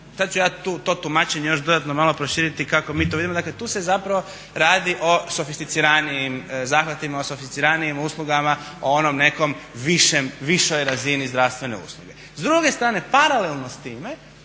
sad ću ja to tumačenje još dodatno malo proširiti kako mi to vidimo. Dakle tu se zapravo radi o sofisticiranijim zahvatima, o sofisticiranijim uslugama, o onoj nekoj višoj razini zdravstvene usluge. S druge strane paralelno s time